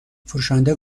فروشنده